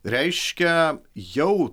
reiškia jau